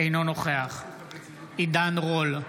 אינו נוכח עידן רול,